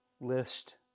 list